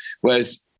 Whereas